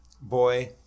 boy